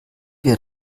wir